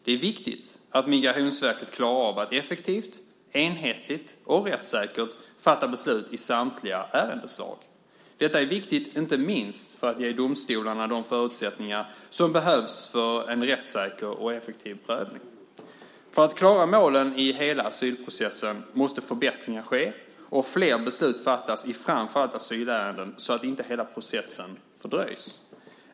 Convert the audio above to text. Det är viktigt att Migrationsverkat klarar av att effektivt, enhetligt och rättssäkert fatta beslut i samtliga ärendeslag. Detta är viktigt inte minst för att ge domstolarna de förutsättningar som behövs för en rättssäker och effektiv prövning. För att klara målen i hela asylprocessen måste förbättringar ske och flera beslut fattas i framför allt asylärenden så att inte hela processen fördröjs.